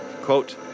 Quote